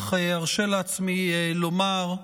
אך ארשה לעצמי לומר,